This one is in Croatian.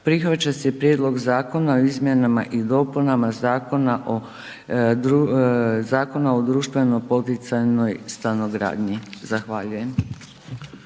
Prihvaća se Prijedlog Zakona o izmjenama i dopunama Zakona o društveno poticajnoj stanogradnji. Zahvaljujem.